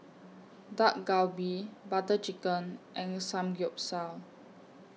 Dak Galbi Butter Chicken and Samgyeopsal